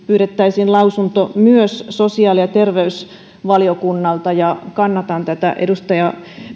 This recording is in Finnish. pyydettäisiin lausunto myös sosiaali ja terveysvaliokunnalta ja kannatan tätä edustaja